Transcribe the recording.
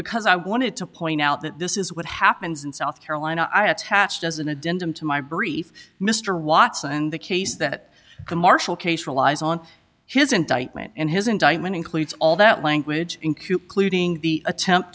because i wanted to point out that this is what happens in south carolina i attached as an addendum to my brief mr watson the case that the marshall case relies on his indictment and his indictment includes all that language in kook looting the attempt